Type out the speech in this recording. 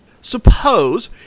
suppose